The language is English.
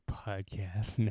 podcast